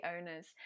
owners